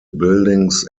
buildings